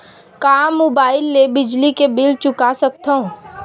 का मुबाइल ले बिजली के बिल चुका सकथव?